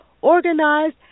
organized